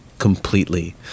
Completely